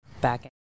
back